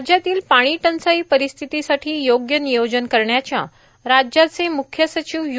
राज्यातील पाणीटंचाई परिस्थितीसाठी योग्य नियोजन करण्याच्या राज्याचे मुख्य सचिव यू